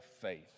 faith